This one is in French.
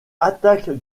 attaque